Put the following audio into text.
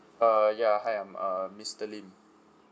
uh ya hi I'm uh mister lim